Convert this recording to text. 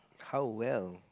how well